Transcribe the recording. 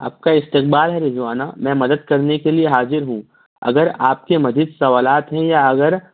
آپ کا استقبال ہے رضوانہ میں مدد کرنے کے لیے حاضر ہوں اگر آپ کے مزید سوالات ہیں یا اگر